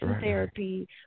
therapy